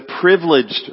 privileged